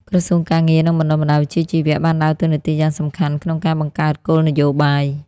ក្រសួងការងារ និងបណ្តុះបណ្តាលវិជ្ជាជីវៈ បានដើរតួនាទីយ៉ាងសំខាន់ក្នុងការបង្កើតគោលនយោបាយ។